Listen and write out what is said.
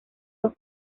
dos